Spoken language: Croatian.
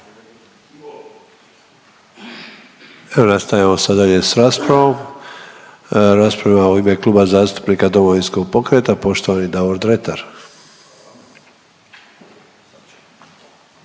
nastavljamo sad dalje sa raspravom. Raspravljamo u ime Kluba zastupnika Domovinskog pokreta, poštovani Davor Dretar.